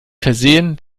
versehen